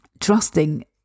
trusting